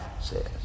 says